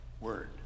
word